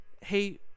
hey